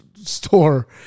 Store